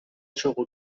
چاقو